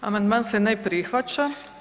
Amandman se ne prihvaća.